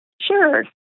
sure